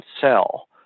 sell